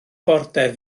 border